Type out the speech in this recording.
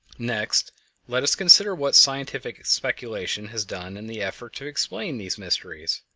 next let us consider what scientific speculation has done in the effort to explain these mysteries.